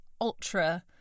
ultra